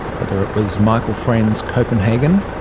whether it was michael frayn's copenhagen,